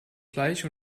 fleisch